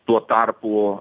tuo tarpu